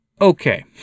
Okay